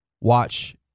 watch